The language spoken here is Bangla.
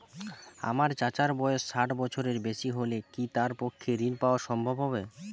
আমার চাচার বয়স ষাট বছরের বেশি হলে কি তার পক্ষে ঋণ পাওয়া সম্ভব হবে?